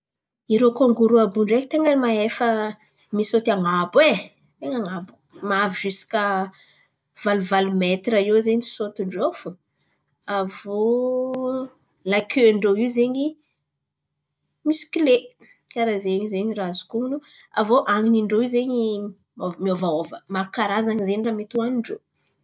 Irô karazan̈̈a kangoro àby io ndraiky ten̈any mahefa misôty an̈abo ten̈a an̈abo mahavy ziska valo valo metra eo zen̈y sôtìn-drô fo. Avy iô lake ndrô in̈y zen̈y mioskle karà zen̈y azoko hon̈ono, han̈in-drô io zen̈y miôvaôva, maro karazan̈y zen̈y raha mety ohanin-drô.